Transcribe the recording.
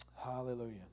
Hallelujah